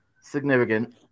significant